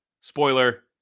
spoiler